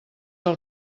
els